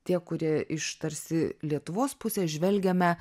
tie kurie iš tarsi lietuvos pusės žvelgiame